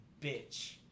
bitch